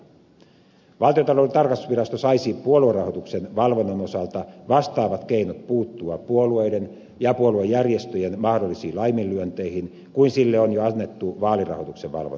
valtionta louden tarkastusvirasto saisi puoluerahoituksen valvonnan osalta vastaavat keinot puuttua puolueiden ja puoluejärjestöjen mahdollisiin laiminlyönteihin kuin sille on jo annettu vaalirahoituksen valvonnan osalta